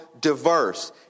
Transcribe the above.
diverse